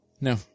No